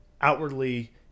outwardly